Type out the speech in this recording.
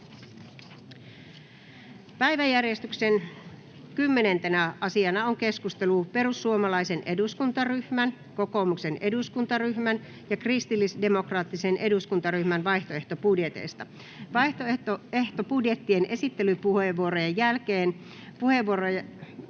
Päiväjärjestyksen 10. asiana on keskustelu perussuomalaisen eduskuntaryhmän, kokoomuksen eduskuntaryhmän ja kristillisdemokraattisen eduskuntaryhmän vaihtoehtobudjeteista. Vaihtoehtobudjettien esittelypuheenvuorojen jälkeen puheenvuoron